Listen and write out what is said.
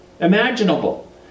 imaginable